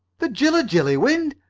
the jilla-jilly wind?